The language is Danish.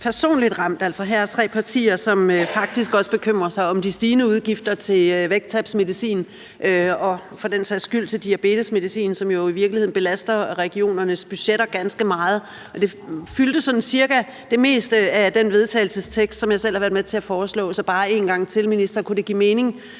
personligt ramt. Her er tre partier, som faktisk også bekymrer sig om de stigende udgifter til vægttabsmedicin og for den sags skyld til diabetesmedicin, hvilket jo i virkeligheden belaster regionernes budgetter ganske meget. Det fyldte sådan cirka det meste af den vedtagelsestekst, som jeg selv har været med til at fremsætte. Så jeg vil bare spørge en gang til, minister: Kunne det give mening,